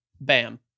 Bam